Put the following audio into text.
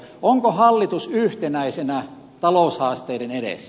onko hallitus yhtenäisenä taloushaasteiden edessä